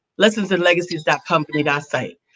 lessonsandlegacies.company.site